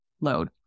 load